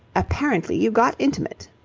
apparently you got intimate.